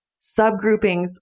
subgroupings